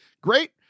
great